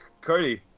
Cody